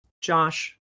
Josh